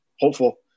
hopeful